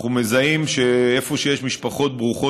אנחנו מזהים שאיפה שיש משפחות ברוכות